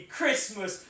Christmas